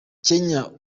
kenya